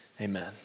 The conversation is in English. Amen